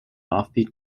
offbeat